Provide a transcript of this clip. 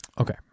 Okay